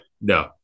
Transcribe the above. No